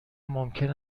ممکن